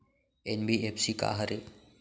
NBFC का हरे?